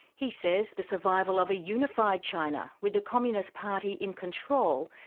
he says the survival of a unified china with the communist party in control,